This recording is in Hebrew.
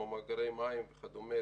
כמו מאגרי מים וכדומה,